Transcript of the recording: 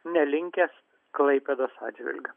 nelinkęs klaipėdos atžvilgiu